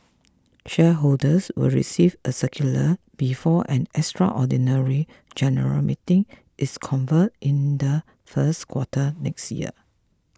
shareholders will receive a circular before an extraordinary general meeting is convened in the first quarter next year